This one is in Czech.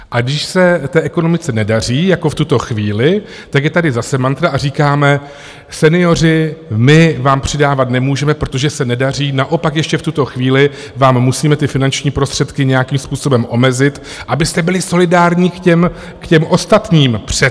A když se té ekonomice nedaří, jako v tuto chvíli, tak je tady zase mantra a říkáme: Senioři, my vám přidávat nemůžeme, protože se nedaří, naopak ještě v tuto chvíli vám musíme finanční prostředky nějakým způsobem omezit, abyste byli solidární k těm ostatním přece!